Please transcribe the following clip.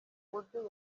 buryo